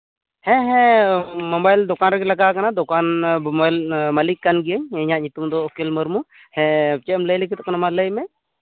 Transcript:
ᱦᱮᱸ ᱦᱮᱸ ᱢᱳᱵᱟᱭᱤᱞ ᱫᱚᱠᱟᱱ ᱨᱮᱜᱮ ᱞᱟᱜᱟᱣᱟᱠᱟᱱᱟ ᱫᱚᱠᱟᱱ ᱢᱟᱞᱤᱠ ᱠᱟᱱ ᱜᱤᱭᱟᱹᱧ ᱤᱧᱟᱹᱜ ᱧᱩᱛᱩᱢ ᱫᱚ ᱩᱠᱤᱞ ᱢᱩᱨᱢᱩ ᱪᱮᱫ ᱮᱢ ᱞᱟᱹᱭ ᱞᱟᱹᱜᱤᱫᱚᱜ ᱠᱟᱱᱟ ᱢᱟ ᱞᱟᱹᱭ ᱢᱮ